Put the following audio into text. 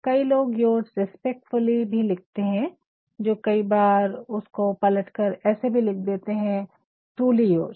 कई लोग yours respectfully भी लिखते है वो कई बार उसको पलट कर ऐसे भी लिखते है ट्रूली योर्स